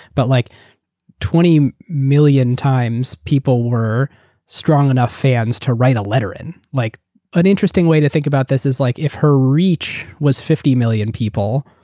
but like twenty million times, people were strong enough fans to write a letter in. like an interesting thing to think about this is like if her reach was fifty million people,